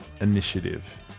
initiative